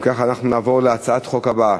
נעבור להצעת חוק הבאה,